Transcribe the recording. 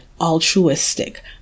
altruistic